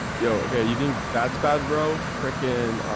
yo yeah yeah i mean that's bad, bro. frickin,